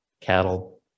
cattle